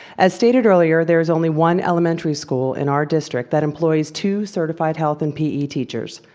as stated earlier, there is only one elementary school in our district that employs two certified health and pe teachers.